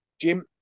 Jim